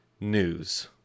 news